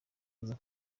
kuza